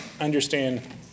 understand